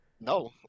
No